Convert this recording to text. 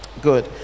good